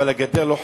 אבל הגדר לא חכמה.